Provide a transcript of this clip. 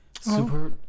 super